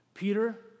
Peter